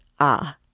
Ah